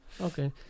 Okay